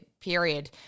period